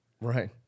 Right